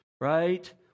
right